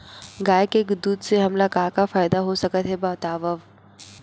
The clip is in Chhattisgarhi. गाय के दूध से हमला का का फ़ायदा हो सकत हे बतावव?